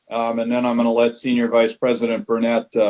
and then i'm going to let senior vice president burnett